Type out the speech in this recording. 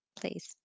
please